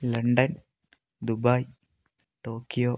London Dubai Tokyo